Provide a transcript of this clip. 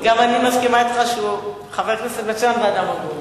גם אני מסכימה אתך שהוא חבר כנסת מצוין ואדם הגון.